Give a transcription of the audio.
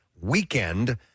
weekend